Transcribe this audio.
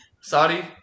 Saudi